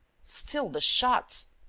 still, the shots?